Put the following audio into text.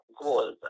goals